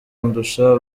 andusha